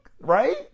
Right